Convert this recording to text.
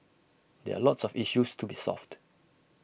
there are lots of issues to be solved